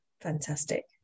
fantastic